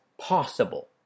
possible